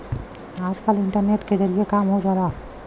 आजकल इन्टरनेट के जरिए काम हो जाला